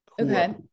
Okay